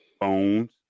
phones